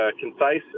concise